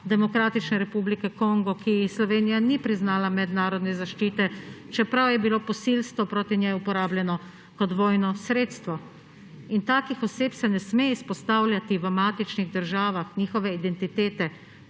Demokratične republike Kongo, ki ji Slovenija ni priznala mednarodne zaščite, čeprav je bilo posilstvo proti njej uporabljeno kot vojno sredstvo. In takih oseb se ne sme izpostavljati v matičnih državah, njihove identitete.